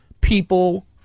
people